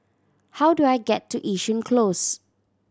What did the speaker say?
how do I get to Yishun Close